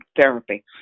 therapy